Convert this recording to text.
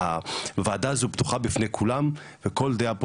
הוועדה הזאת פתוחה בפני כולם וכל דעה פה